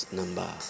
number